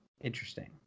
interesting